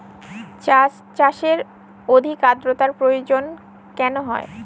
চা চাষে অধিক আদ্রর্তার প্রয়োজন কেন হয়?